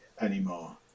anymore